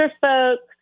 folks